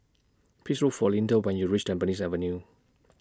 Please Look For Lynda when YOU REACH Tampines Avenue